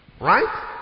right